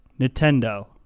nintendo